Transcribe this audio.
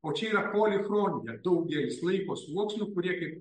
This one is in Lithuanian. o čia yra polichronija daugelis laiko sluoksnių kurie kaip